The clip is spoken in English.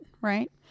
right